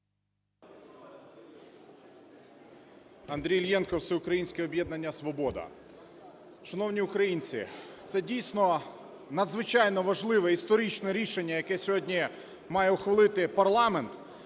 Андрій Іллєнко, "Всеукраїнське об'єднання "Свобода". Шановні українці, це, дійсно, надзвичайно важливе історичне рішення, яке сьогодні має ухвалити парламент.